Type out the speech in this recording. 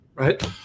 Right